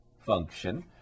function